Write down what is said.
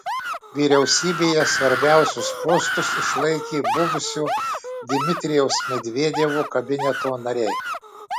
vyriausybėje svarbiausius postus išlaikė buvusio dmitrijaus medvedevo kabineto nariai